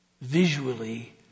visually